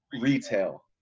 retail